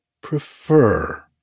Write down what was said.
prefer